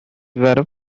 very